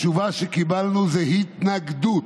התשובה שקיבלנו היא התנגדות.